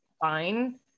fine